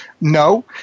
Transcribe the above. No